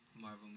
Marvel